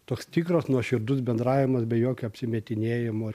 toks tikras nuoširdus bendravimas be jokio apsimetinėjimo